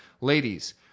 Ladies